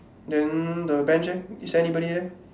then the bench leh is there anybody there